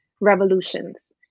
revolutions